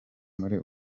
muri